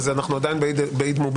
אז אנחנו עדיין באיד מובארק?